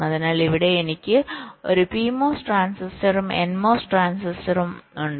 അതിനാൽ ഇവിടെ എനിക്ക് ഒരു PMOS ട്രാൻസിസ്റ്ററും NMOS ട്രാൻസിസ്റ്ററും ഉണ്ട്